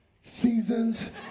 seasons